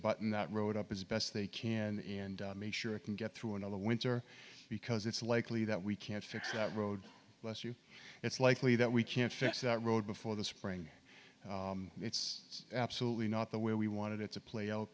button that road up as best they can and make sure it can get through another winter because it's likely that we can't fix that road less you it's likely that we can't fix that road before the spring it's absolutely not the way we wanted it's a play out